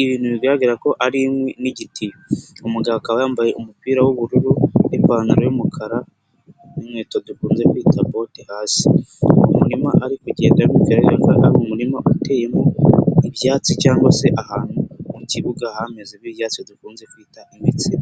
ibintu bigaragara ko ari inkwi n'igitiyo. Umugabo yambaye umupira w'ubururu n'ipantaro y'umukara n'inkweto dukunze kwita bote hasi. Mu murima ari kugenderamo urabona ko ari umurima uteyemo ibyatsi cyangwa se ahantu mu kibuga hameze bibyatsi dukunze kwita imitsima.